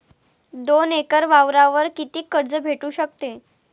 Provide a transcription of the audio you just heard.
दोन एकर वावरावर कितीक कर्ज भेटू शकते?